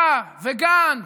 אתה וגנץ.